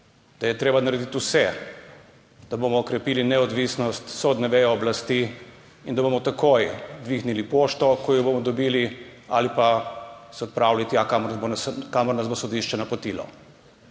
da je treba narediti vse, da bomo krepili neodvisnost sodne veje oblasti in da bomo takoj dvignili pošto, ko jo bomo dobili, ali pa se odpravili tja, kamor nas bo sodišče napotilo.